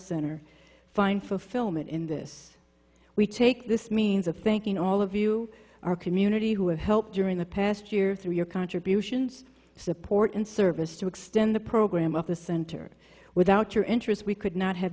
center find fulfillment in this we take this means of thanking all of you our community who have helped during the past year through your contributions support and service to extend the program of the center without your interest we could not ha